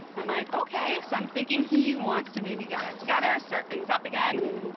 i'm like, okay, so i'm thinking he wants to maybe get back together, start things up again.